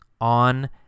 on